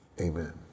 Amen